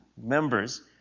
members